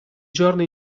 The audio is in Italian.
giorno